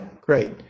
great